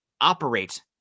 operate